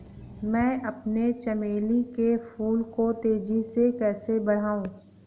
मैं अपने चमेली के फूल को तेजी से कैसे बढाऊं?